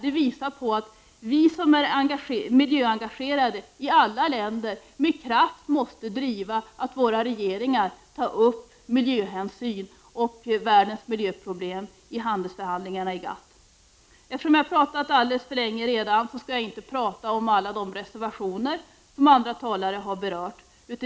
Detta visar att vi som är miljöengagerade, i alla länder med kraft måste driva att våra regeringar tar upp miljöhänsyn och världens miljöproblem i handelsförhandlingarna inom GATT. Eftersom jag redan talat alldeles för länge, skall jag inte ta upp alla de reservationer som andra talare har berört.